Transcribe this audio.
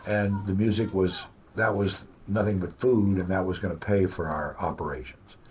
and the music was that was nothing but food, and that was going to pay for our operations.